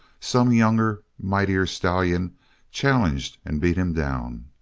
some younger, mightier stallion challenged and beat him down.